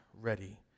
ready